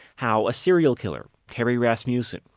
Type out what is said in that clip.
how a serial killer, terry rasmussen,